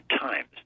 times